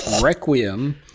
Requiem